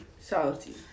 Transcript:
Salty